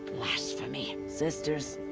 blasphemy! sisters!